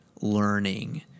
learning